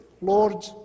Lord